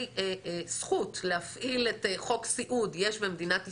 זכות להפעיל את חוק סיעוד יש במדינת ישראל?